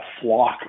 flock